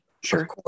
Sure